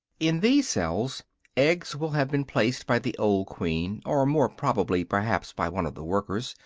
in these cells eggs will have been placed by the old queen, or more probably perhaps by one of the workers,